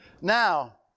Now